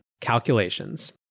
Calculations